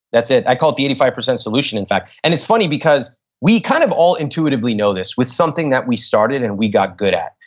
that's it. i call it the eighty five percent solution in fact. and it's funny because we kind of all intuitively know this, with something that we started and we got good at.